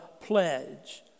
pledge